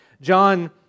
John